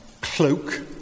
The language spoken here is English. cloak